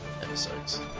episodes